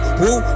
woo